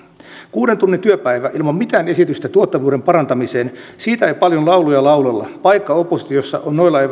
kuuden tunnin työpäivä ilman mitään esitystä tuottavuuden parantamisesta siitä ei paljon lauluja laulella paikka oppositiossa on noilla eväin omiaan